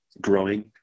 growing